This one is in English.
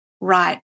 right